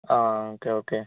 ആ okay okay